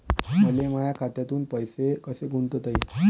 मले माया खात्यातून पैसे कसे गुंतवता येईन?